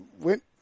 went